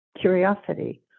curiosity